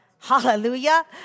Hallelujah